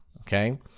Okay